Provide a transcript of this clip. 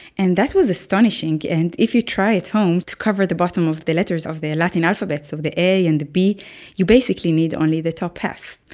and that was astonishing, and if you try at home to cover the bottom of the letters of the latin alphabet, so the a and the b you basically need only the top half.